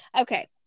Okay